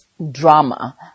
drama